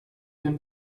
denn